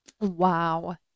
Wow